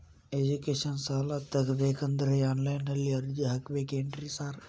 Education ಸಾಲ ತಗಬೇಕಂದ್ರೆ online ನಲ್ಲಿ ಅರ್ಜಿ ಹಾಕ್ಬೇಕೇನ್ರಿ ಸಾರ್?